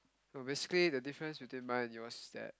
no basically the difference between mine and yours is that